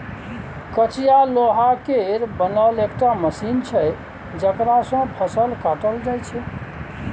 कचिया लोहा केर बनल एकटा मशीन छै जकरा सँ फसल काटल जाइ छै